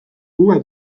uued